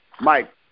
Mike